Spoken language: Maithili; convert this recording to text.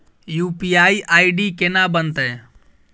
यु.पी.आई आई.डी केना बनतै?